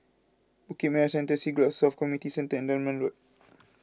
Bukit Merah Central Siglap South Community Centre and Dunman Road